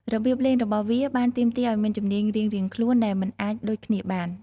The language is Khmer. របៀបលេងរបស់វាបានទាមទារឱ្យមានជំនាញរៀងៗខ្លួនដែលមិនអាចដូចគ្នាបាន។